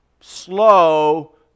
Slow